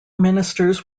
ministers